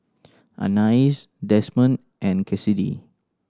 Anais Desmond and Cassidy